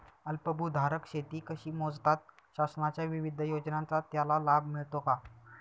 अल्पभूधारक शेती कशी मोजतात? शासनाच्या विविध योजनांचा त्याला लाभ मिळतो का?